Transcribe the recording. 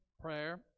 prayer